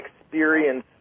experience